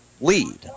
lead